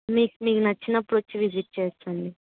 మీక్ మీకు నచ్చినప్పుడు వచ్చి విజిట్ చేయొచ్చండి